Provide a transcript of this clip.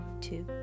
Two